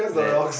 let's